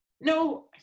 no